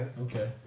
Okay